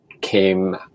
came